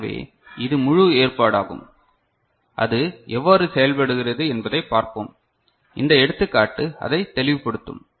எனவே இது முழு ஏற்பாடாகும் அது எவ்வாறு செயல்படுகிறது என்பதைப் பார்ப்போம் இந்த எடுத்துக்காட்டு அதை தெளிவுபடுத்தும்